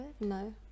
no